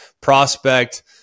prospect